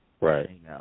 Right